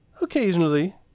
Occasionally